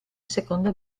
seconda